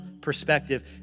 perspective